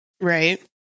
Right